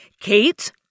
Kate